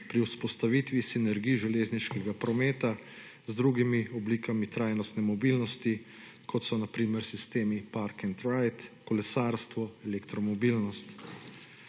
pri vzpostavitvi sinergij železniškega prometa z drugim oblikami trajnostne mobilnosti kot so na primer sistemi Park and drive, kolesarstvo, elektromobilnost.